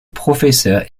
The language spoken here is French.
professeur